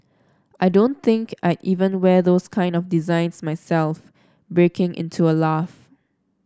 I don't think I'd even wear those kinds of designs myself breaking into a laugh